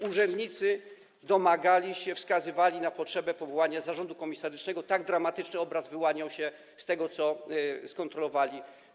Urzędnicy domagali się tego, wskazywali na potrzebę powołania zarządu komisarycznego, bo tak dramatyczny obraz wyłaniał się z tego, co skontrolowali.